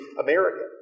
American